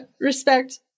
respect